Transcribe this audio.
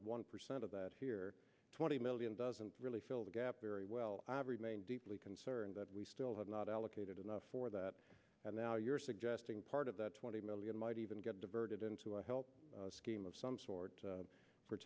one percent of that here twenty million doesn't really fill the gap very well i remain deeply concerned that we still have not allocated enough for that and now you're suggesting part of that twenty million might even get diverted into a health scheme of some sort for